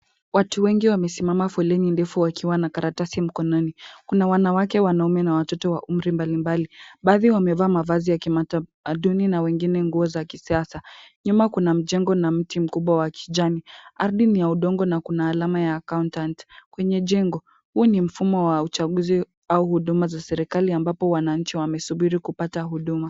Watu wengi wamesimama foleni ndefu wakiwa na karatasi mkononi. Kuna wanawake wanaume na watoto wa umri mbalimbali, baadhi wamevaa mavazi ya kitamaduni na wengine nguo za kisiasa. Nyuma kuna mjengo na mti mkubwa wa kijani. Ardhi ni ya udongo na kuna alama ya accountant . Kwenye jengo, huu ni mfumo wa uchaguzi au huduma za serikali ambapo wananchi wamesubiri kupata huduma.